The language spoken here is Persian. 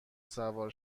سوار